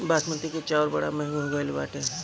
बासमती के चाऊर बड़ा महंग हो गईल बाटे